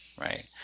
right